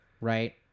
right